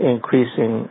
Increasing